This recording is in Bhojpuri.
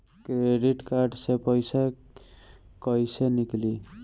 क्रेडिट कार्ड से पईसा केइसे निकली?